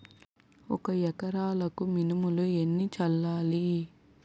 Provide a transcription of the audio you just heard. ఒక ఎకరాలకు మినువులు ఎన్ని చల్లాలి?